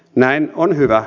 näin on hyvä